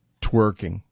twerking